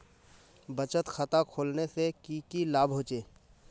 बचत खाता खोलने से की की लाभ होचे?